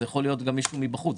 זה יכול להיות גם מישהו מבחוץ.